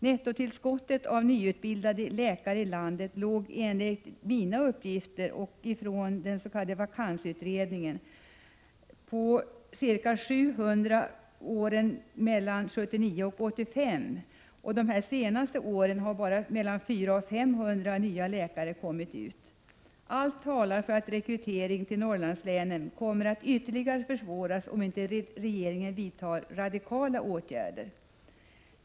Nettotillskottet av nyutbildade läkare i landet låg enligt mina uppgifter och enligt uppgifter från den s.k. vakansutredningen på ca 700 mellan åren 1979 och 1985. De senaste åren har bara 400-500 nya läkare kommit ut. Allt talar för att rekrytering till Norrlandslänen kommer att ytterligare försvåras, om inte regeringen vidtar radikala åtgärder.